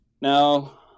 now